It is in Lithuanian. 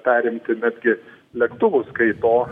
perimti netgi lėktuvus kai to